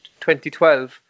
2012